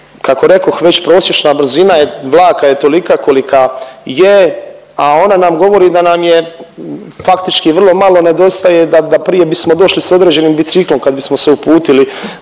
kako rekoh već, prosječna brzina je, vlaka je tolika kolika je, a ona nam govori da nam je, faktički vrlo malo nedostaje da, da prije bismo došli s određenim biciklom kad bismo se uputili